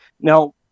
Now